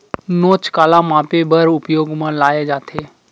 नोच काला मापे बर उपयोग म लाये जाथे?